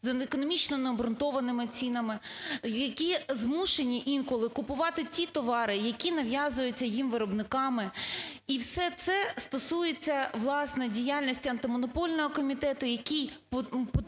за економічно необґрунтованими цінами, які змушені інколи купувати ті товари, які нав'язуються їм виробниками. І це все стосується, власне, діяльності Антимонопольного комітету, який має